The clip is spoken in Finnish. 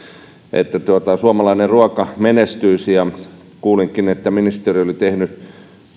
että suomalainen ruoka menestyisi kuulinkin että ministeri oli tehnyt